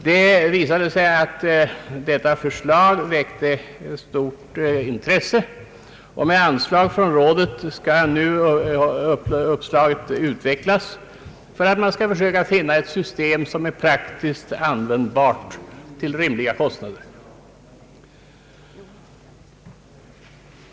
Deras idé väckte stort intresse, och med anslag från rådet skall nu uppslaget utvecklas för att man skall söka finna ett system som är praktiskt användbart till rimliga kostnader.